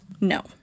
no